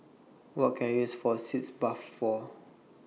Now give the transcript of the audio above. What Can I use For Sitz Bath For